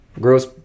gross